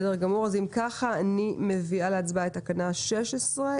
אם כך אני מביאה להצבעה את תקנה 16,